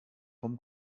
vom